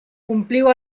ompliu